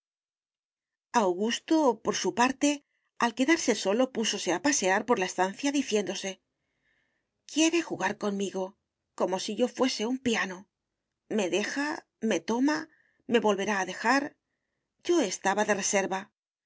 augusto por su parte al quedarse solo púsose a pasearse por la estancia diciéndose quiere jugar conmigo como si yo fuese un piano me deja me toma me volverá a dejar yo estaba de reserva